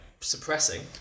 suppressing